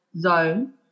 zone